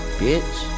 bitch